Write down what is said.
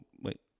Wait